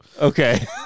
Okay